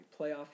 Playoff